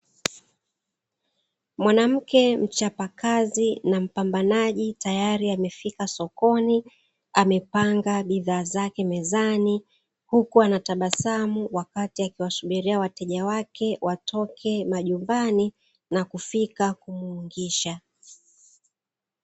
Mwanamke mchapakazi na mpambanaji tayari amefika sokoni amepanga bidhaa zake mezani huku anatabasamu wakati akiwasubiria wateja wake watoke majumbani na kufika kumuungisha.